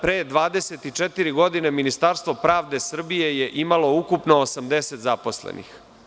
Pre 24 godine Ministarstvo pravde Srbije je imalo ukupno 80 zaposlenih.